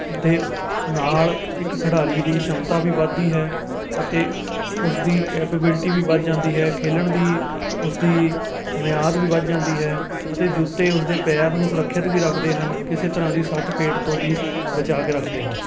ਦੇ ਨਾਲ ਇੱਕ ਖਿਡਾਰੀ ਦੀ ਸ਼ਮਤਾ ਵੀ ਵੱਧਦੀ ਹੈ ਅਤੇ ਉਸਦੀ ਕੈਪੇਬਿਲਟੀ ਵੀ ਵੱਧ ਜਾਂਦੀ ਹੈ ਖੇਡਣ ਦੀ ਉਸਦੀ ਮਿਆਦ ਵੀ ਵੱਧ ਜਾਂਦੀ ਹੈ ਅਤੇ ਜੁੱਤੇ ਉਸਦੇ ਪੈਰ ਨੂੰ ਸੁਰੱਖਿਅਤ ਵੀ ਰੱਖਦੇ ਹਨ ਕਿਸੇ ਤਰ੍ਹਾਂ ਦੀ ਸੱਟ ਫੇਟ ਤੋਂ ਵੀ ਬਚਾ ਕੇ ਰੱਖਦੇ ਹਨ